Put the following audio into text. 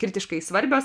kritiškai svarbios